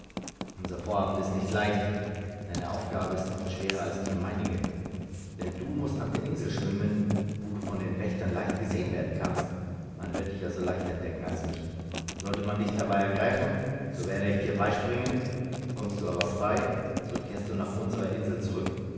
unser vorhaben ist nicht leicht deine aufgabe ist noch schwerer als die meinige denn du mußt nach der insel schwimmen wo du von den wächtern leicht gesehen werden kannst man wird dich also leichter entdecken als mich sollte man dich dabei ergreifen so werde ich dir beispringen kommst du aber frei so kehrst du nach unserer insel zurück